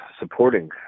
supporting